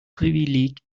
privileg